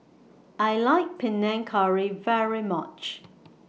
I like Panang Curry very much